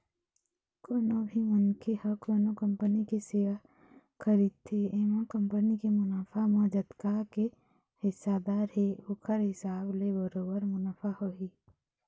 कोनो भी मनखे ह कोनो कंपनी के सेयर खरीदथे एमा कंपनी के मुनाफा म जतका के हिस्सादार हे ओखर हिसाब ले बरोबर मुनाफा होही